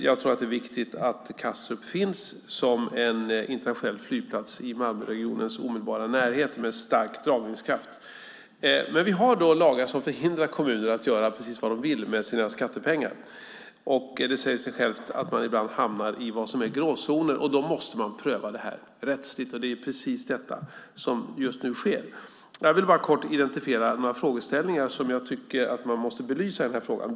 Jag tror att det är viktigt att Kastrup finns som en internationell flygplats i Malmöregionens närhet, med stark dragningskraft. Men vi har lagar som hindrar kommuner att göra precis vad de vill med sina skattepengar. Det säger sig självt att man ibland hamnar i gråzoner, och då måste man pröva det hela rättsligt. Det är precis detta som just nu sker. Jag vill kort identifiera några frågeställningar som jag tycker att man måste belysa i det här sammanhanget.